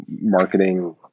marketing